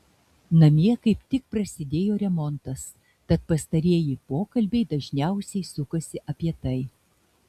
namie kaip tik prasidėjo remontas tad pastarieji pokalbiai dažniausiai sukasi apie tai